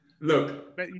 Look